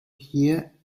here